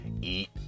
eat